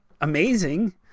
amazing